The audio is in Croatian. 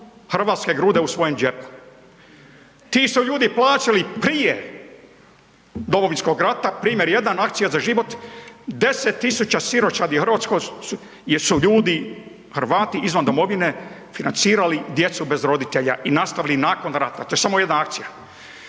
hrvatske grude u svojem džepu. Ti su ljudi plaćali prije Domovinskog rata, primer jedan, „Akcija za život“, 10 000 siročadi u RH jesu ljudi Hrvati izvan domovine financirali djecu bez roditelja i nastavili nakon rata, to je samo jedna akcija.